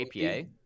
APA